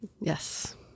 Yes